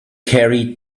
carried